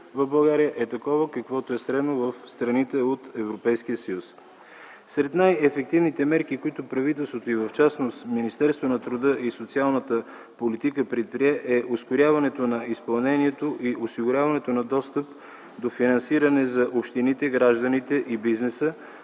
в България е такова, каквото е средното в страните от Европейския съюз. Сред най-ефективните мерки, които правителството, в частност Министерство на труда и социалната политика, предприе е ускоряването на изпълнението и осигуряване на достъп до финансиране за общините, гражданите и бизнеса